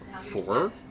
four